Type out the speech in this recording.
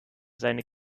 seine